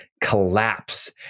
collapse